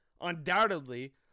undoubtedly